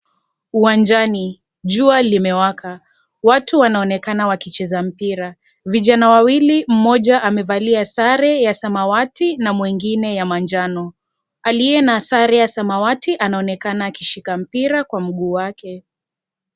Uwanjani, jua limeweka, watu wanaonekana wakicheza mpira. Vijani wawili mmoja amevalia sare ya samawati, na mwingine ya manjano. Aliye na sare ya samawati anaonekana akishika mpira kwa mguu wake.